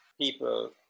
people